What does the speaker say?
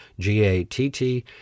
GATT